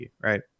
right